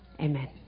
Amen